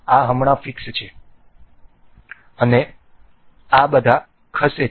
આ હમણાં ફીક્સ છે અને આ બધા ખસે છે